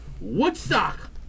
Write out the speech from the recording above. Woodstock